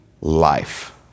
life